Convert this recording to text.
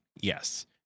Yes